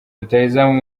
rutahizamu